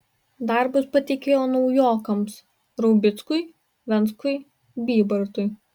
darbus patikėjo naujokams raubickui venckui bybartui